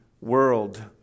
world